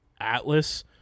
Atlas